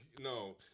No